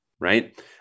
right